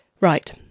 Right